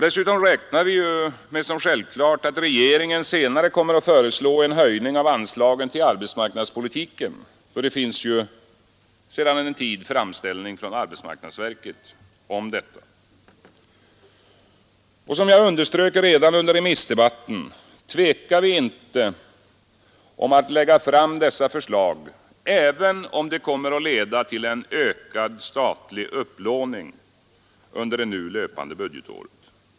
Dessutom räknar vi med som självklart att regeringen senare kommer att föreslå en höjning av anslagen till arbetsmarknadspolitiken. Det finns ju sedan en tid en framställning från arbetsmarknadsverket om detta. Som jag underströk redan under remissdebatten tvekar vi inte att lägga fram dessa förslag, även om det kommer att leda till en ökad statlig upplåning under det nu löpande budgetåret.